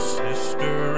sister